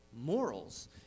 morals